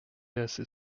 assez